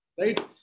right